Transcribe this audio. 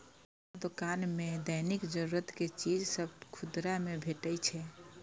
किराना दोकान मे दैनिक जरूरत के चीज सभ खुदरा मे भेटै छै